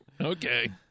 okay